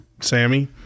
Sammy